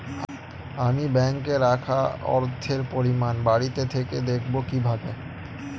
আমি ব্যাঙ্কে রাখা অর্থের পরিমাণ বাড়িতে থেকে দেখব কীভাবে?